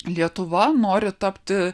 lietuva nori tapti